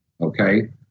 Okay